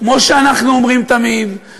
כמו שאנחנו אומרים תמיד,